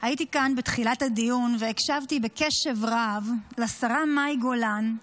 הייתי כאן בתחילת הדיון והקשבתי בקשב רב לשרה מאי גולן,